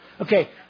Okay